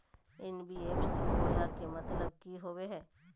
NBFC बोया के मतलब कि होवे हय?